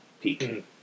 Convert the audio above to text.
peak